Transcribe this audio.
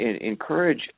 encourage